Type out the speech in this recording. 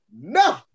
no